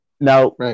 Now